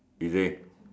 is it